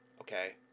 okay